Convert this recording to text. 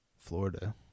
Florida